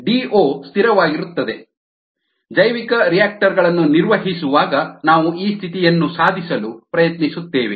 DO ಸ್ಥಿರವಾಗಿರುತ್ತದೆ ಜೈವಿಕರಿಯಾಕ್ಟರ್ ಗಳನ್ನು ನಿರ್ವಹಿಸುವಾಗ ನಾವು ಈ ಸ್ಥಿತಿಯನ್ನು ಸಾಧಿಸಲು ಪ್ರಯತ್ನಿಸುತ್ತೇವೆ